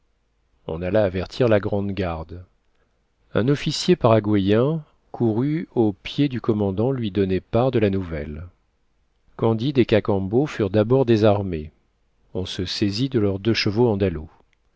on alla avertir la grande garde un officier paraguain courut aux pieds du commandant lui donner part de la nouvelle candide et cacambo furent d'abord désarmés on se saisit de leurs deux chevaux andalous les